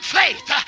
faith